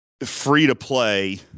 free-to-play